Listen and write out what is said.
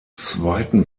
zweiten